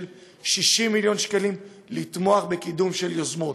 60 מיליון שקלים כדי לתמוך בקידום של יוזמות.